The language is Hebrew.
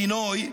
אילינוי,